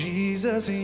Jesus